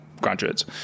graduates